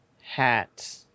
Hat